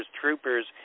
troopers